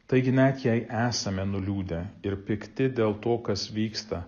taigi net jei esame nuliūdę ir pikti dėl to kas vyksta